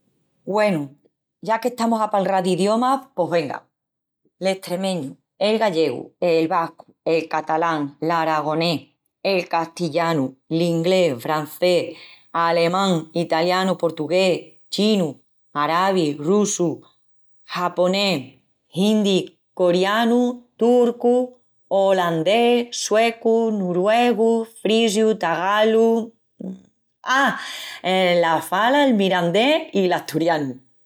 Güenu, ya qu'estamus a palral d'idiomas pos venga: l'estremeñu, el gallegu, el vascu, el catalán, l'aragonés, el castillanu, l'inglés, francés, alemán, italianu, portugués, chinu, arabi, russu, japonés, hindi, corianu, turcu, olandés, suecu, noruegu, frisiu, tagalu,... a, i la fala, el mirandés i l'asturianu.